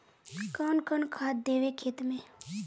कौन कौन खाद देवे खेत में?